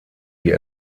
wie